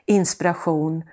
inspiration